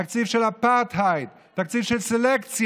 תקציב של אפרטהייד, תקציב של סלקציה.